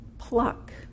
Pluck